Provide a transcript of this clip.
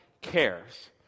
cares